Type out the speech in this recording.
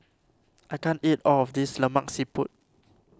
I can't eat all of this Lemak Siput